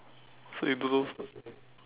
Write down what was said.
so you do those